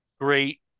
great